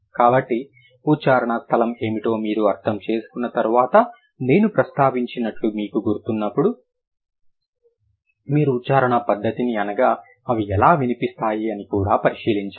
కాబట్టి ఉచ్చారణ స్థలం ఏమిటో మీరు అర్థం చేసుకున్న తర్వాత నేను ప్రస్తావించినట్లు మీకు గుర్తున్నప్పుడు మీరు ఉచ్చారణ పద్ధతిని అనగా అవి ఎలా వినిపిస్తాయి అని కూడా పరిశీలించాలి